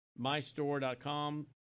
Mystore.com